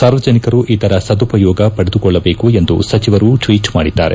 ಸಾರ್ವಜನಿಕರು ಇದರ ಸದುಪಯೋಗ ಪಡೆದುಕೊಳ್ಳಬೇಕೆಂದು ಸಚಿವರು ಟ್ವೀಟ್ ಮಾಡಿದ್ದಾರೆ